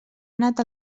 anat